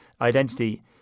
identity